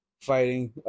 fighting